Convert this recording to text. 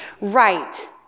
right